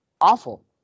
awful